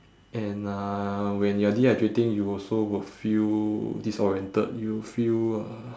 and uh when you are dehydrating you also will feel disoriented you feel uh